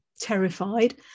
terrified